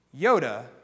Yoda